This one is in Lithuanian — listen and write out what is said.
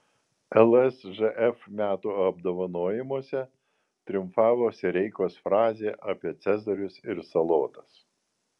lsžf metų apdovanojimuose triumfavo sireikos frazė apie cezarius ir salotas